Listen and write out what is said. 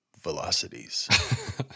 velocities